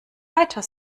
weiter